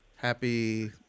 happy